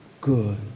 good